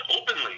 openly